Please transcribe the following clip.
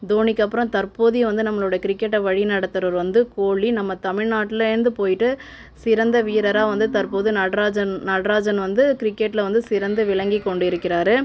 தோனிக்கு அப்றம் தற்போதைய வந்து நம்பளோட கிரிக்கெட்டை வழி நடத்துபவரு வந்து கோலி நம்ம தமிழ்நாட்லேருந்து போய்ட்டு சிறந்த வீரராக வந்து தற்போது நட்ராஜன் நட்ராஜன் வந்து கிரிக்கெட்டில் வந்து சிறந்து விளங்கிக் கொண்டி இருக்கிறார்